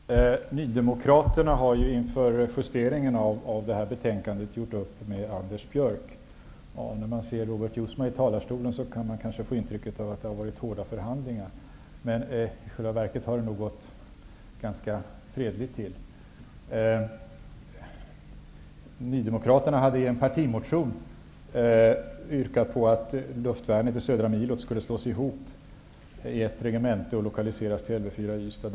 Fru talman! Nydemokraterna har inför justerandet av detta betänkande gjort upp med Anders Björck. När man lyssnar på Robert Jousman i talarstolen, kan man kanske få intrycket att det har varit hårda förhandlingar. Men i själva verket har det nog gått ganska fredligt till. Nydemokraterna har i en partimotion yrkat på att luftvärnet i södra milot skulle slås ihop till ett regemente och lokaliseras till Lv 4 i Ystad.